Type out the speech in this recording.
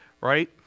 right